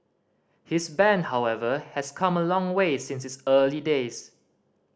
his band however has come a long way since its early days